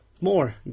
more